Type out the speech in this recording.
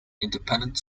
independent